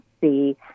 see